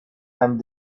and